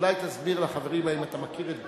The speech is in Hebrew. אולי תסביר לחברים אם אתה מכיר את גרוניס.